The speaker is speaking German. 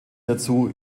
dazu